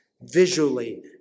visually